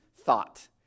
thought